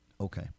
Okay